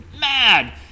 mad